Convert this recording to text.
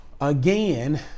Again